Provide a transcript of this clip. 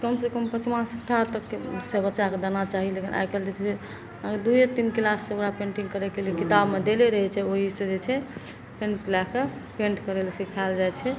कमसँ कम पचमा छठा तकके से बच्चाके देना चाही लेकिन आइ काल्हि जे छै से दूए तीन क्लाससँ ओकरा पेन्टिंग करयके लेल किताबमे देले रहय छै ओहीसँ जे छै पैंट लए कऽ पेन्ट करैलए सिखायल जाइ छै